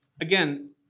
Again